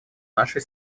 нашей